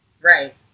right